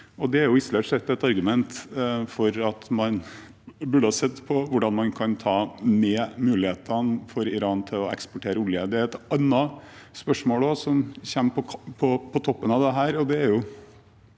sett et argument for at man burde ha sett på hvordan man kan ta ned Irans muligheter til å eksportere olje. Et annet spørsmål som kommer på toppen av dette,